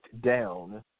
down